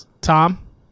Tom